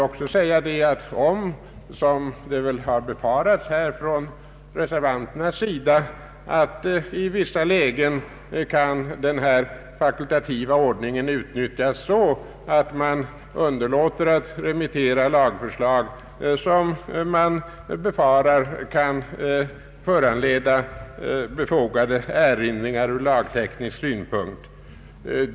Reservanterna befarar att den fakultativa ordningen i vissa lägen kunde utnyttjas så att regeringen underlät att till lagrådet för granskning remittera lagförslag, som man befarade kunde föranleda befogade erinringar ur lagteknisk synpunkt.